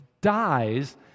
dies